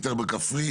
הוא יותר כפרי,